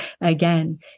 again